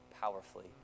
powerfully